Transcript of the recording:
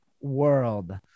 world